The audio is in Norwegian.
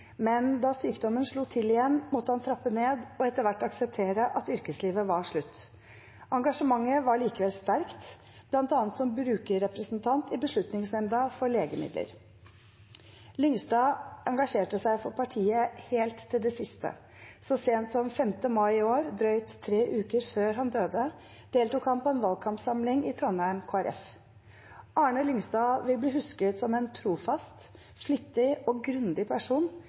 men da sykdommen slo til igjen, måtte han trappe ned og etter hvert akseptere at yrkeslivet var slutt. Engasjementet var likevel sterkt, bl.a. som brukerrepresentant i beslutningsnemnda for legemidler. Lyngstad engasjerte seg for partiet helt til det siste. Så sent som 5. mai i år, drøyt tre uker før han døde, deltok han på en valgkampsamling i Trondheim KrF. Arne Lyngstad vil bli husket som en trofast, flittig og grundig person,